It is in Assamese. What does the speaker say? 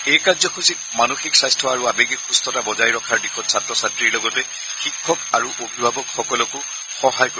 এই কাৰ্যসূচীত মানসিক স্বাস্থ্য আৰু আৱেগিক সুস্থতা বজাই ৰখাৰ দিশত ছাত্ৰ ছাত্ৰীৰ লগতে শিক্ষক আৰু অভিভাৱকসকলকো সহায় কৰিব